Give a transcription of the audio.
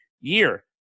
year